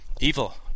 Evil